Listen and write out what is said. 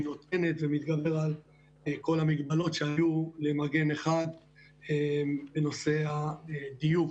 נותנת ומתגבר על כל המגבלות שהיו למגן 1 בנושא הדיוק